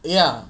ya